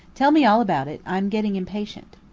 tell me all about it i'm getting impatient.